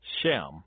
Shem